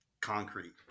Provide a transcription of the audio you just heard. concrete